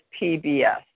PBS